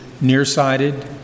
nearsighted